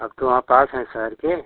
आप तो वहाँ पास हैं शहर के